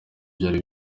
byari